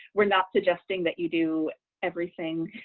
we're not suggesting that you do everything,